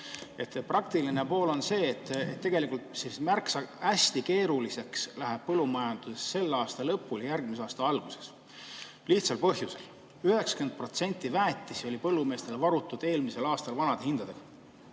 Praktiline pool on see, et tegelikult hästi keeruliseks läheb põllumajanduses selle aasta lõpul ja järgmise aasta alguses. Lihtsal põhjusel: 90% väetistest oli põllumeestel varutud eelmisel aastal vanade hindadega.